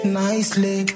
nicely